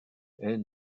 est